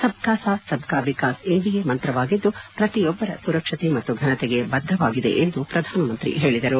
ಸಬ್ ಕಾ ಸಾಥ್ ಸಬ್ ಕಾ ವಿಕಾಸ್ ಎನ್ಡಿಎ ಮಂತ್ರವಾಗಿದ್ದು ಪ್ರತಿಯೊಬ್ಲರ ಸುರಕ್ಷತೆ ಮತ್ತು ಫನತೆಗೆ ಬದ್ದವಾಗಿದೆ ಎಂದು ಪ್ರಧಾನಮಂತ್ರಿ ಹೇಳಿದರು